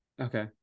Okay